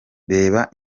reba